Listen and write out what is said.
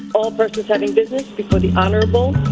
albrecht's was having business before the honorable.